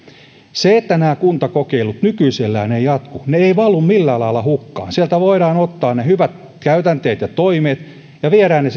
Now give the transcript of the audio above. vaikka nämä kuntakokeilut nykyisellään eivät jatku ne eivät valu millään lailla hukkaan sieltä voidaan ottaa ne hyvät käytänteet ja toimet ja viedä ne